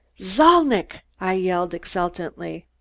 zalnitch! i yelled exultantly.